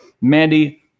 mandy